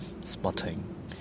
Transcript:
spotting